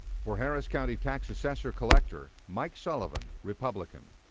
for harris county tax assessor-collector, mike sullivan, republican.